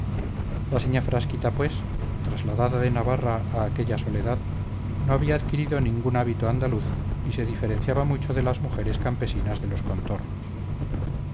la señá frasquita pues trasladada de navarra a aquella soledad no había adquirido ningún hábito andaluz y se diferenciaba mucho de las mujeres campesinas de los contornos